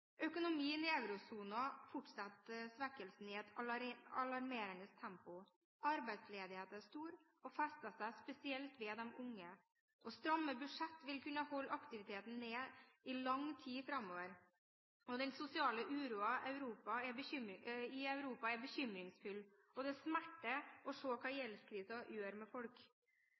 økonomien i eurosonen fortsetter i et alarmerende tempo. Arbeidsledigheten er stor og fester seg spesielt ved de unge. Stramme budsjett vil kunne holde aktiviteten nede i lang tid framover. Den sosiale uroen i Europa er bekymringsfull, og det smerter å se hva gjeldskrisen gjør med folk.